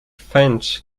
fañch